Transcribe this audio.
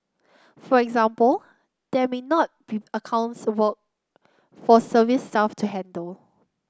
for example there may not be accounts work for service staff to handle